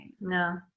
No